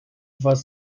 was